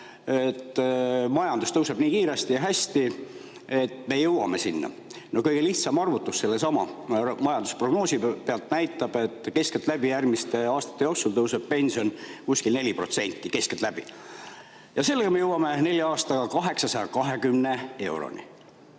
et majandus tõuseb nii kiiresti ja hästi, et me jõuame sinna. Kõige lihtsam arvutus sellesama majandusprognoosi pealt näitab, et keskeltläbi tõuseb järgmiste aastate jooksul pension kuskil 4%. Keskeltläbi! Ja sellega me jõuame nelja aastaga 820 euroni.